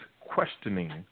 questioning